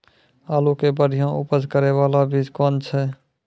आलू के बढ़िया उपज करे बाला बीज कौन छ?